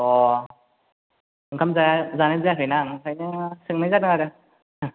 अ ओंखाम जाया जानाय जायाखैना आं ओंखायनो सोंनाय जादों आरो